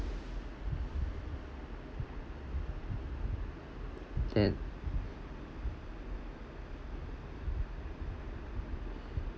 and